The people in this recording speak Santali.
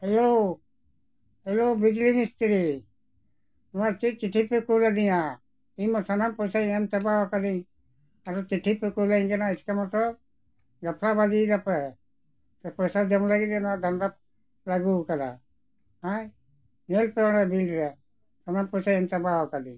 ᱦᱮᱞᱳ ᱦᱮᱞᱳ ᱵᱤᱡᱽᱞᱤ ᱢᱤᱥᱛᱨᱤ ᱱᱚᱣᱟ ᱪᱮᱫ ᱪᱤᱴᱷᱤ ᱯᱮ ᱠᱳᱞ ᱟᱹᱫᱤᱧᱟ ᱤᱧᱢᱟ ᱥᱟᱱᱟᱢ ᱯᱚᱭᱥᱟᱧ ᱮᱢ ᱪᱟᱵᱟᱣ ᱠᱟᱹᱫᱟᱹᱧ ᱟᱫᱚ ᱪᱤᱴᱷᱤ ᱯᱮ ᱠᱳᱞᱟᱹᱧ ᱠᱟᱱᱟ ᱤᱥᱠᱟ ᱢᱚᱛᱞᱚᱵᱽ ᱜᱷᱟᱯᱯᱟ ᱵᱟᱫᱤᱭ ᱫᱟᱯᱮ ᱯᱚᱭᱥᱟ ᱡᱚᱢ ᱞᱟᱹᱜᱤᱫ ᱜᱮ ᱫᱷᱟᱱᱫᱚ ᱞᱟᱜᱩᱣ ᱟᱠᱟᱫᱟ ᱦᱮᱸ ᱧᱮᱞ ᱯᱮ ᱚᱱᱟ ᱵᱤᱞ ᱨᱮ ᱥᱟᱱᱟᱢ ᱯᱚᱭᱥᱟᱹᱧ ᱮᱢ ᱪᱟᱵᱟᱣ ᱟᱠᱟᱫᱟᱹᱧ